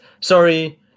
sorry